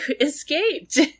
escaped